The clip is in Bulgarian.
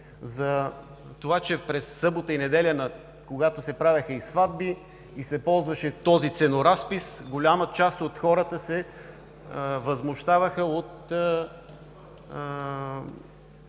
на събиранията през събота и неделя, когато се правеха и сватби, и се ползваше този ценоразпис, голяма част от хората се възмущаваха от